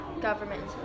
government